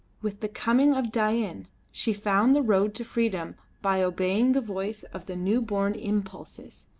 with the coming of dain she found the road to freedom by obeying the voice of the new-born impulses,